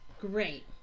great